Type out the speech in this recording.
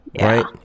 Right